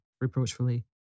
reproachfully